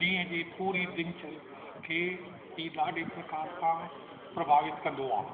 ॾींहं जी पूरी दिनचर्या खे हीउ ॾाढे प्रकार सां प्रभावित कंदो आहे